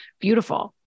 beautiful